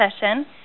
session